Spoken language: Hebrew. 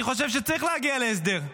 אני חושב שצריך להגיע להסדר,